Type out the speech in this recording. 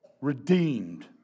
redeemed